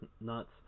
nuts